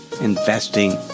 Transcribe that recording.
investing